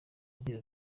agira